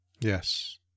Yes